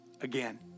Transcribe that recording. again